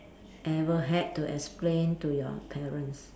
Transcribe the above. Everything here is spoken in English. ever had to explain to your parents